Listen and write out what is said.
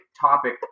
topic